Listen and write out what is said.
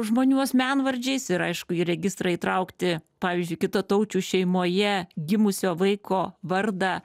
žmonių asmenvardžiais ir aišku į registrą įtraukti pavyzdžiui kitataučių šeimoje gimusio vaiko vardą